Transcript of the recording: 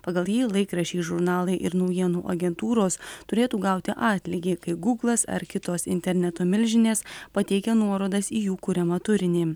pagal jį laikraščiai žurnalai ir naujienų agentūros turėtų gauti atlygį kai gūglas ar kitos interneto milžinės pateikia nuorodas į jų kuriamą turinį